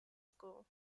school